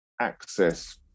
access